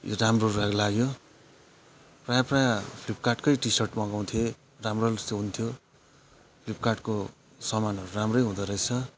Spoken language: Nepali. यो राम्रो लाग्यो प्रायः प्रायः फ्लिपकार्टकै टि सर्ट मगाउँथ्येँ राम्रो हुन्थ्यो फ्लिपकार्टको सामानहरू राम्रै हुँदोरहेछ